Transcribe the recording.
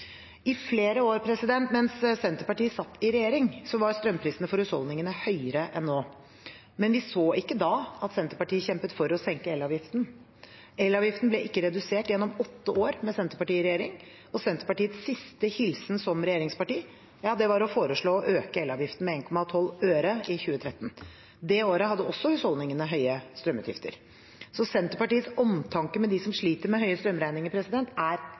I flere år mens Senterpartiet satt i regjering, var strømprisene for husholdningene høyere enn nå, men vi så ikke da at Senterpartiet kjempet for å senke elavgiften. Elavgiften ble ikke redusert gjennom åtte år med Senterpartiet i regjering. Senterpartiets siste hilsen som regjeringsparti var å foreslå å øke elavgiften med 1,12 øre i 2013. Det året hadde også husholdningene høye strømutgifter, så Senterpartiets omtanke for dem som sliter med høye strømregninger, er